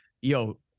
yo